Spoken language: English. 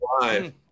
live